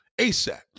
ASAP